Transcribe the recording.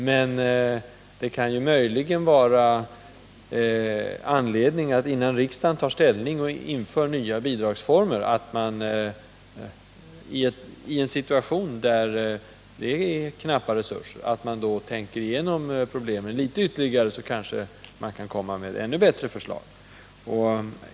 Men det kan möjligen finnas anledning — innan riksdagen tar ställning för nya bidragsformer i en situation med knappa resurser — att tänka igenom problemen ytterligare, och kanske komma med ännu bättre förslag.